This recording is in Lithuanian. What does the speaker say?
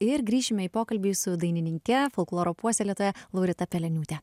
ir grįšime į pokalbį su dainininke folkloro puoselėtoja laurita peleniūtė